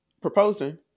Proposing